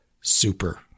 super